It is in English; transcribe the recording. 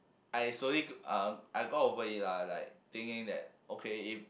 I slowly g~ uh I got over it lah like thinking that okay if